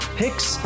picks